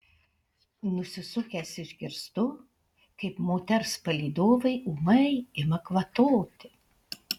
nusisukęs išgirstu kaip moters palydovai ūmai ima kvatoti